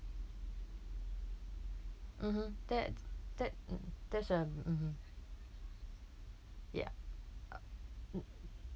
mmhmm that that mm that's uh mmhmm ya uh